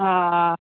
हा